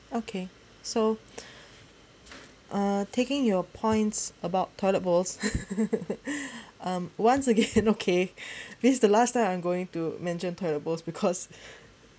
okay so uh taking your points about toilet bowls um once again okay this is the last time I'm going to mention toilet bowls because